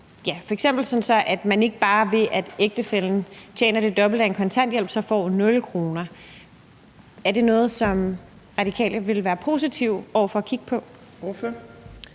f.eks. sådan at man ikke bare ved at ægtefællen tjener det dobbelte af en kontanthjælp, så får 0 kr.? Er det noget, som Radikale ville være positive over for at kigge på?